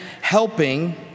helping